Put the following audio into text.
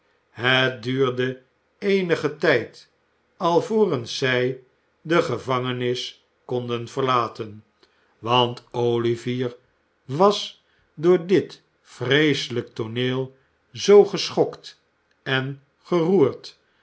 het duurde eenigen tijd alvorens zij de gevangenis konden ver aten want o ivier was door dit vreeselijk tooneel zoo geschokt en geroerd